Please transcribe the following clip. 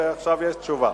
ועכשיו יש תשובה.